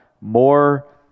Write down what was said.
more